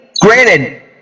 Granted